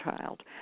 child